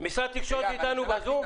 משרד התקשורת איתנו בזום?